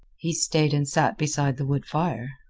he stayed and sat beside the wood fire.